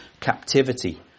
captivity